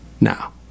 Now